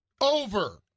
over